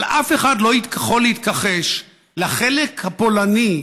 אבל אף אחד לא יכול להתכחש לחלק הפולני,